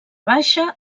baixa